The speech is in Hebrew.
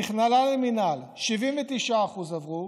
במכללה למינהל 79% עברו,